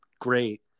great